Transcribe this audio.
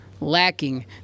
lacking